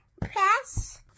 press